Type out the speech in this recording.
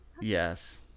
yes